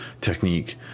technique